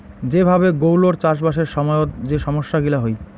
যে ভাবে গৌলৌর চাষবাসের সময়ত যে সমস্যা গিলা হই